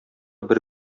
бер